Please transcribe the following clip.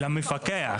למפקח.